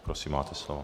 Prosím, máte slovo.